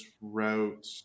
route